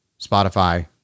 Spotify